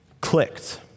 clicked